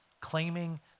claiming